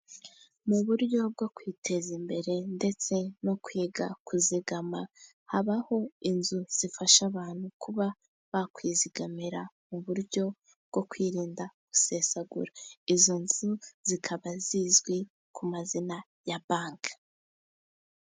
Mu buryo bwo kwiteza imbere ndetse no kwiga kuzigama, habaho inzu zifasha abantu kuba bakwizigamira mu buryo bwo kwirinda gusesagura, izo nzu zikaba zizwi ku mazina ya banki.